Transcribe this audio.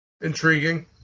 Intriguing